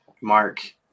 Mark